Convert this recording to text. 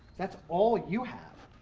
that's all you have,